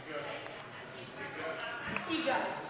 יִגְאָל.